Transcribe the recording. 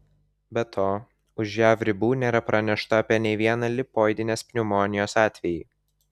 be to už jav ribų nėra pranešta apie nė vieną lipoidinės pneumonijos atvejį